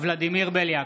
ולדימיר בליאק,